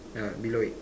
ya below it